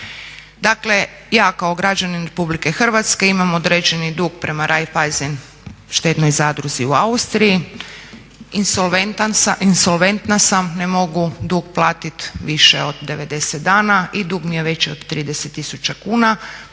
Dakle, ja kao građanin RH imam određeni dug prema Raiffeisen štednoj zadruzi u Austriji, insolventna sam, ne mogu dug platit više od 90 dana i dug mi je veći od 30 000 kuna.